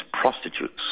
prostitutes